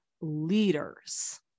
leaders